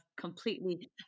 completely